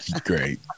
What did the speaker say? great